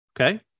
Okay